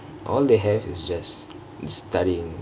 all they have is just studyingk